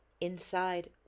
Inside